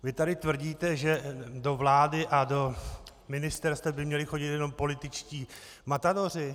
Vy tady tvrdíte, že do vlády a do ministerstev by měli chodit jenom političtí matadoři?